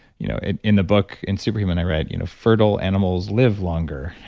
you know in in the book, in super human, i read you know fertile animals live longer.